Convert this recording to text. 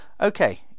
Okay